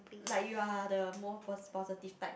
like you are the more pos~ positive type